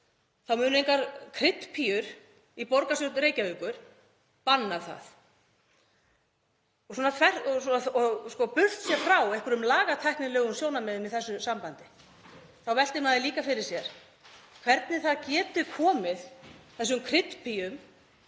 þá munu engar kryddpíur í borgarstjórn Reykjavíkur banna það. Burt séð frá einhverjum lagatæknilegum sjónarmiðum í þessu sambandi þá veltir maður því líka fyrir sér hvernig það geti komið þessum kryddpíum